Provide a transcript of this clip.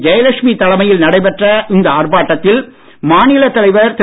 ஜெயலட்சுமி தலைமையில் நடைபெற்ற இந்த ஆர்ப்பாட்டத்தில் மாநிலத் தலைவர் திரு